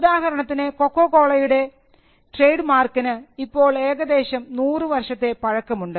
ഉദാഹരണത്തിന് കൊക്കോകോളയുടെ ട്രേഡ് മാർക്കിന് ഇപ്പോൾ ഏകദേശം നൂറു വർഷത്തെ പഴക്കമുണ്ട്